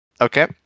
Okay